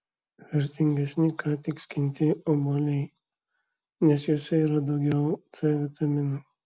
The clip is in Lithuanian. vertingesni ką tik skinti obuoliai nes juose yra daugiau c vitamino